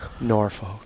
Norfolk